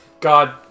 God